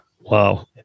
Wow